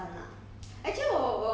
popcorn from the theatre